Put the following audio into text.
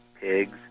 pigs